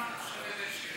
תושבי באר שבע,